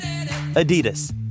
Adidas